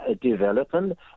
development